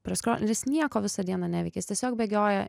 praskro ir jis nieko visą dieną neveikia jis tiesiog bėgioja